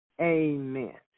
Amen